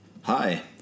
Hi